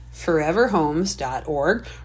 foreverhomes.org